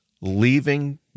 leaving